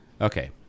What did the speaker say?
Okay